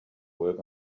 work